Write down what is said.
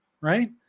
Right